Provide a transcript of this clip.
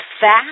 fact